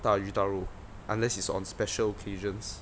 大鱼大肉 unless is on special occasions